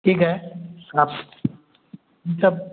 ठीक है आप ये सब